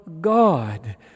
God